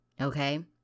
okay